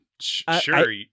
sure